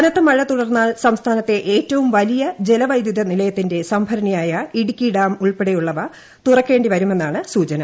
കനത്ത മഴ തുടർന്നാൽ സംസ്ഥാനത്തെ ഏറ്റവും വലിയ ജലങ്ക്വെദ്യുത നിലയത്തിന്റെ സംഭരണിയായ ഇടുക്കി ഡാം ഉൾപ്പെടെയുള്ളവ തുറക്കേണ്ടി വരുമെന്നാണ് സൂചന